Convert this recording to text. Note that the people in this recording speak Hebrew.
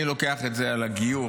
אני לוקח את זה על הגיור.